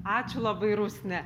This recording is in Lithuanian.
ačiū labai rusne